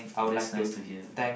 that's nice to hear